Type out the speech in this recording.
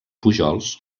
pujols